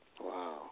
Wow